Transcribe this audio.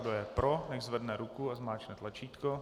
Kdo je pro, ať zvedne ruku a zmáčkne tlačítko.